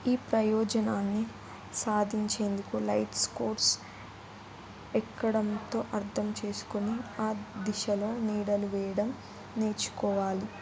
ఈ ప్రయోజనాన్ని సాధించేందుకు లైట్ స్కోర్స్ ఎక్కడ ఉందో అర్థం చేసుకుని ఆ దిశలో నీడలు వేయడం నేర్చుకోవాలి